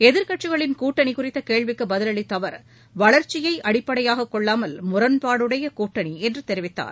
எதிர்க்கட்சிகளின் கூட்டணி குறித்த கேள்விக்கு பதில் அளித்த அவர் வளர்ச்சியை அடிப்படையாகக் கொள்ளாமல் முரண்பாடுடைய கூட்டணி என்று தெரிவித்தார்